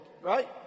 right